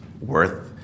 worth